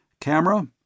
Camera